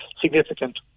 significant